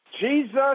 Jesus